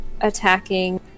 attacking